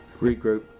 regroup